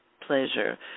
pleasure